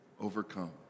overcome